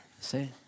Say